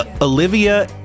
Olivia